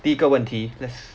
第一个问题 let's